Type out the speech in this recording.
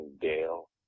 Dale